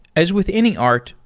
as with any art,